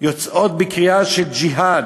יוצאות בקריאה של ג'יהאד,